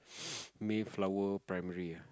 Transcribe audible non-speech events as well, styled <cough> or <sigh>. <noise> Mayflower primary ah